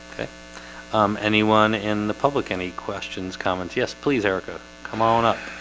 um anyone in the public any questions comments? yes, please erica. come on up